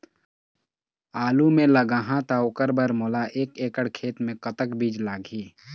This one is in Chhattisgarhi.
आलू मे लगाहा त ओकर बर मोला एक एकड़ खेत मे कतक बीज लाग ही?